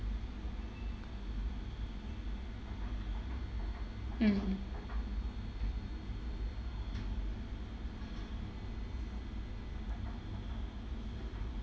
mm